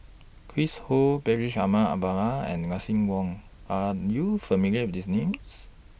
Chris Ho Bashir Ahmad Mallal and Lucien Wang Are YOU familiar with These Names